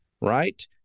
right